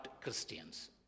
Christians